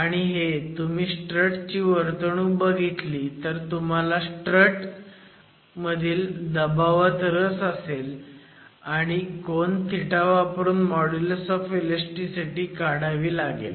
आणि हर तुम्ही स्ट्रट ची वर्तणूक बघितली तर तुम्हाला स्ट्रट मधील दबावात रस असेल आणि कोन वापरून मॉड्युलस ऑफ इलॅस्टीसिटी काढावी लागेल